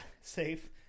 safe